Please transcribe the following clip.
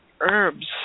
herbs